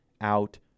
out